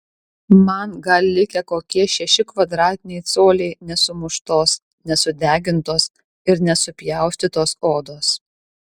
man gal likę kokie šeši kvadratiniai coliai nesumuštos nesudegintos ir nesupjaustytos odos